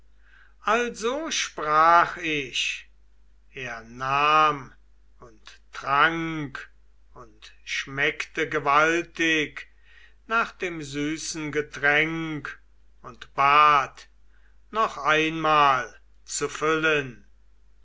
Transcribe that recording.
also sprach ich er nahm und trank und schmeckte gewaltig nach dem süßen getränk und bat noch einmal zu füllen